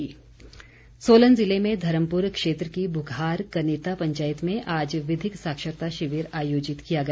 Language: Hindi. विधिक साक्षरता सोलन जिले में धर्मपुर क्षेत्र की बुघार कनेता पंचायत में आज विधिक साक्षरता शिविर आयोजित किया गया